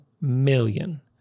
million